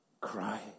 cry